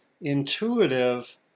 intuitive